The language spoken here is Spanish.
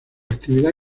actividad